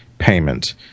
payment